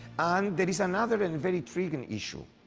and there is another and very intriguing issue.